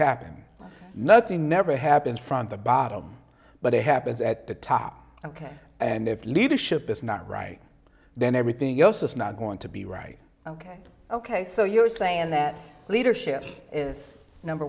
happen nothing never happen from the bottom but it happens at the top ok and the leadership is not right then everything else is not going to be right ok ok so you're saying that leadership is number